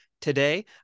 Today